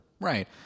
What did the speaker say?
Right